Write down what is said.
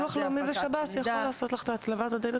ביטוח לאומי ושב"ס יכול לעשות לך את ההצלבה הזאת די בקלות.